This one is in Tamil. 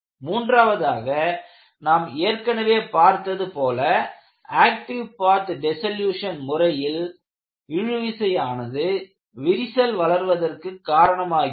மூன்றாவதாக நாம் ஏற்கனவே பார்த்தது போல ஆக்டிவ் பாத் டிசலூஷன் முறையில் இழுவிசை ஆனது விரிசல் வளர்வதற்கு காரணமாகிறது